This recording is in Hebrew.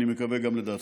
אני מקווה שגם לדעתכם.